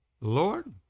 Lord